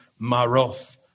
Maroth